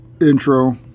intro